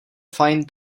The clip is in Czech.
fajn